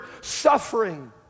suffering